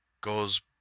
goes